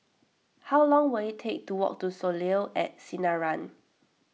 how long will it take to walk to Soleil at Sinaran